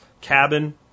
cabin